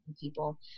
people